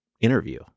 interview